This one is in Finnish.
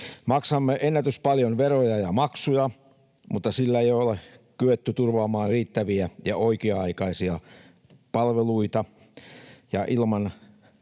Maksamme ennätyspaljon veroja ja maksuja, mutta sillä ei ole kyetty turvaamaan riittäviä ja oikea-aikaisia palveluita,